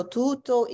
tutto